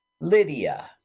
Lydia